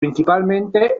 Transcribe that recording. principalmente